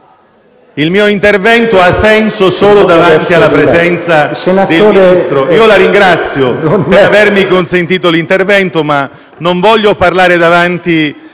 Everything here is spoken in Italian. il mio intervento ha senso soltanto alla presenza del Ministro. Io la ringrazio per avermi consentito di intervenire, ma non voglio parlare davanti